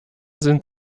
sind